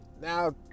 Now